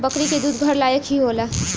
बकरी के दूध घर लायक ही होला